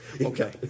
Okay